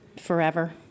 forever